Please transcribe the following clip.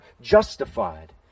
justified